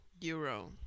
Euro